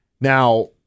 Now